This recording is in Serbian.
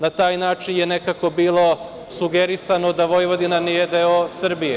Na taj način je nekako bilo sugerisano da Vojvodina nije deo Srbije.